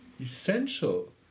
essential